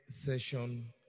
session